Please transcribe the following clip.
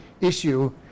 issue